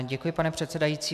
Děkuji, pane předsedající.